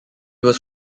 was